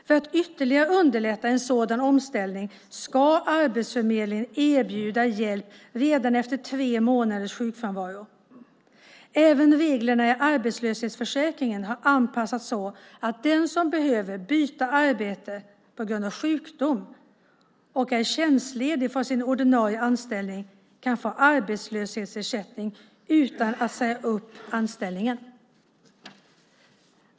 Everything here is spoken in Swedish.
För att ytterligare underlätta en sådan omställning ska Arbetsförmedlingen erbjuda hjälp redan efter tre månaders sjukfrånvaro. Även reglerna i arbetslöshetsförsäkringen har anpassats så att den som behöver byta arbete på grund av sjukdom, och är tjänstledig från sin ordinarie anställning, kan få arbetslöshetsersättning utan att säga upp anställningen.